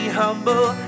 humble